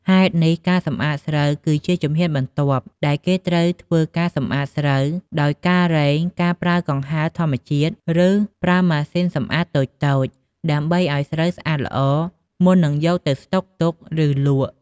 ហេតុនេះ ការសម្អាតស្រូវ គឺជាជំហានបន្ទាប់ ដែលគេត្រូវធ្វើការសម្អាតស្រូវដោយការរែង ការប្រើកង្ហារធម្មជាតិ ឬប្រើម៉ាស៊ីនសម្អាតតូចៗ ដើម្បីឲ្យស្រូវស្អាតល្អ មុននឹងយកទៅស្តុកទុក ឬលក់។